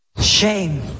Shame